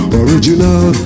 original